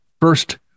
first